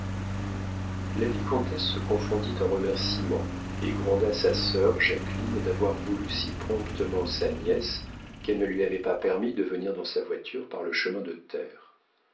la vicomtesse se confondit en remercîments et gronda sa sœur jacqueline d'avoir voulu si promptement sa nièce qu'elle ne lui avait pas permis de venir dans sa voiture par le chemin de terre